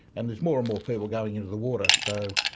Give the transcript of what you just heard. and there's more and more people going into the water. so,